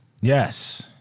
yes